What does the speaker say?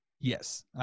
Yes